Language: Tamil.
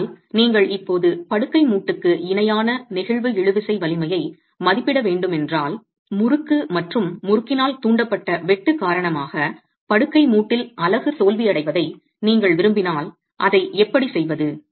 ஆனால் நீங்கள் இப்போது படுக்கை மூட்டுக்கு இணையான நெகிழ்வு இழுவிசை வலிமையை மதிப்பிட வேண்டும் என்றால் முறுக்கு திருகு மற்றும் முறுக்கினால் தூண்டப்பட்ட வெட்டு காரணமாக படுக்கை மூட்டில் அலகு தோல்வியடைவதை நீங்கள் விரும்பினால் அதை எப்படி செய்வது